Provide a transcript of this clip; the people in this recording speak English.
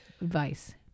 advice